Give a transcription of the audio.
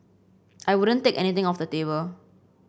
I wouldn't take anything off the table